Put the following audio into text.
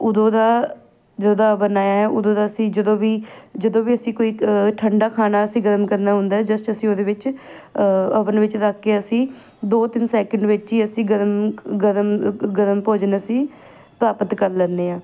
ਉਦੋਂ ਦਾ ਜਦੋਂ ਦਾ ਅਵਨ ਆਇਆ ਹੈ ਉਦੋਂ ਦਾ ਅਸੀਂ ਜਦੋਂ ਵੀ ਜਦੋਂ ਵੀ ਅਸੀਂ ਕੋਈ ਠੰਡਾ ਖਾਣਾ ਅਸੀਂ ਗਰਮ ਕਰਨਾ ਹੁੰਦਾ ਜਸਟ ਅਸੀਂ ਉਹਦੇ ਵਿੱਚ ਅਵਨ ਵਿੱਚ ਰੱਖ ਕੇ ਅਸੀਂ ਦੋ ਤਿੰਨ ਸੈਕਿੰਡ ਵਿੱਚ ਹੀ ਅਸੀਂ ਗਰਮ ਗਰਮ ਗਰਮ ਭੋਜਨ ਅਸੀਂ ਪ੍ਰਾਪਤ ਕਰ ਲੈਂਦੇ ਹਾਂ